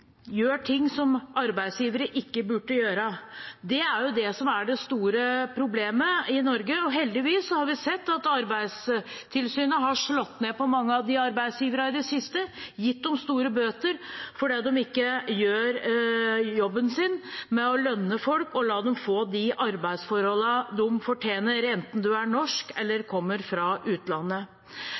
gjør ting som arbeidsgivere ikke burde gjøre. Det er det store problemet i Norge. Heldigvis har vi sett at Arbeidstilsynet i det siste har slått ned på mange av de arbeidsgiverne, gitt dem store bøter, fordi de ikke gjør jobben sin med å lønne folk og la dem få de arbeidsforholdene de fortjener, enten man er norsk eller kommer fra utlandet.